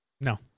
No